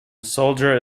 soldier